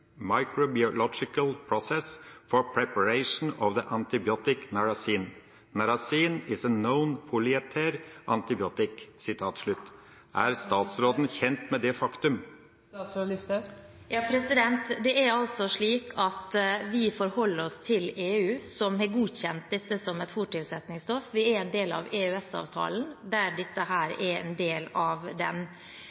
microbiological process for preparation of the antibiotic narasin. Narasin is a known polyether antibiotic.» Er statsråden kjent med det faktum? Det er altså slik at vi forholder oss til EU, som har godkjent dette som et fôrtilsetningsstoff. Vi er en del av EØS-avtalen, der dette er en del av den.